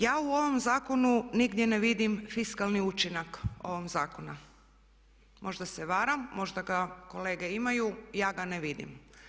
Ja u ovom zakonu nigdje ne vidim fiskalni učinak ovog zakona, možda se varam, možda ga kolege imaju, ja ga ne vidim.